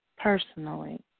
personally